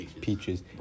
Peaches